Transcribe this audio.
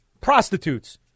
prostitutes